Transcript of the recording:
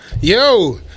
Yo